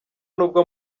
nubwo